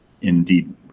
indeed